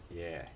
yeah